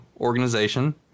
organization